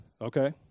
okay